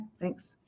thanks